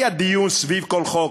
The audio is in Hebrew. היה דיון סביב כל חוק,